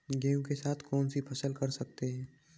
गेहूँ के साथ कौनसी फसल कर सकते हैं?